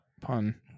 pun